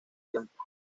tiempo